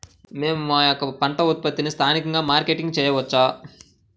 మేము మా యొక్క పంట ఉత్పత్తులని స్థానికంగా మార్కెటింగ్ చేయవచ్చా?